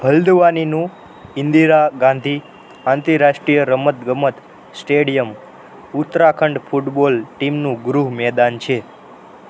હલ્દવાનીનું ઈન્દિરા ગાંધી આંતરરાષ્ટ્રીય રમત ગમત સ્ટેડિયમ ઉત્તરાખંડ ફૂટબોલ ટીમનું ગૃહ મેદાન છે